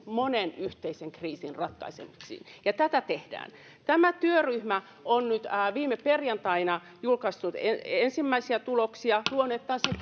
monen yhteisen kriisin ratkaisemiseksi tätä tehdään tämä työryhmä on nyt viime perjantaina julkaissut ensimmäisiä tuloksia luonut